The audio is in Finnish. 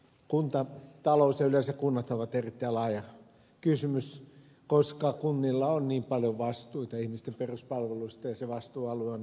kuntatalous ja yleensä kunnat ovat erittäin laaja kysymys koska kunnilla on niin paljon vastuita ihmisten peruspalveluista ja se vastuualue on niin laaja